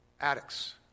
addicts